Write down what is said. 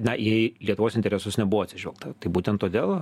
na į lietuvos interesus nebuvo atsižvelgta tai būtent todėl